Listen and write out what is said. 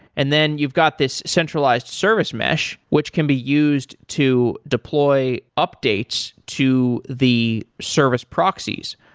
and then you've got this centralized service mesh which can be used to deploy updates to the service proxies.